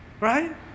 right